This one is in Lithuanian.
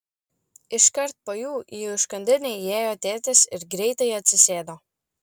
iškart po jų į užkandinę įėjo tėtis ir greitai atsisėdo